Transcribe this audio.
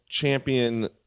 champion